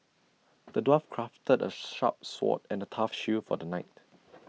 the dwarf crafted A sharp sword and A tough shield for the knight